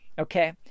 okay